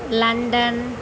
London